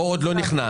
או עוד לא נכנס.